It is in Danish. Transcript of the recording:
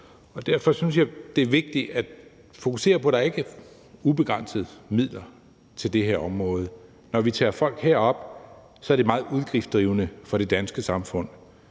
Derfor synes jeg, det er vigtigt at fokusere på, at der ikke er ubegrænsede midler til det her område. Når vi tager folk herop, er det meget udgiftsdrivende for det danske samfund,